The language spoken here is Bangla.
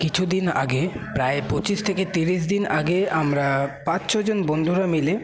কিছু দিন আগে প্রায় পঁচিশ থেকে তিরিশ দিন আগে আমরা পাঁচ ছজন বন্ধুরা মিলে